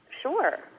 sure